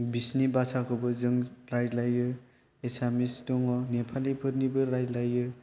बिसोरनि भासाखौबो जों रायज्लायो एसामिस दङ नेपालिफोरनिबो रायज्लायो